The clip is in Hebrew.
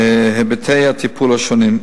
בהיבטי הטיפול השונים.